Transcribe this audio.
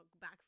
back